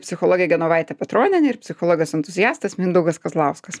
psichologė genovaitė petronienė ir psichologas entuziastas mindaugas kazlauskas